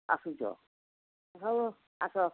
ଆସୁଛ ହଉ ଆସ